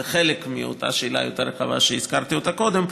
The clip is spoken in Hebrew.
זה חלק מאותה שאלה יותר רחבה שהזכרתי אותה קודם,